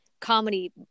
comedy